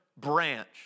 branch